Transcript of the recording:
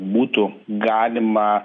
būtų galima